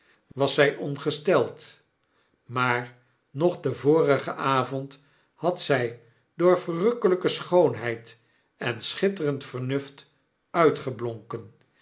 was zg ongesteld maar nog den vorigen avond had zg door verrukkelgke schoonheid en schitterend vernuft uitgeblonken